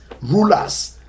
rulers